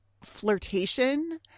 flirtation